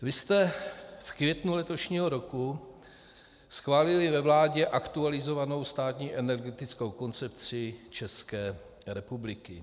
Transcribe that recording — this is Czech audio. Vy jste v květnu letošního roku schválili ve vládě aktualizovanou státní energetickou koncepci České republiky.